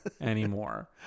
anymore